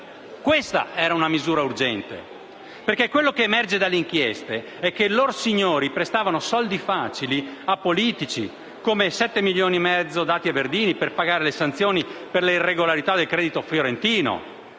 questa era una misura urgente. Quello che emerge dalle inchieste è che lorsignori prestavano soldi facili a politici, come i 7,5 milioni dati a Verdini per pagare le sanzioni per le irregolarità del Credito cooperativo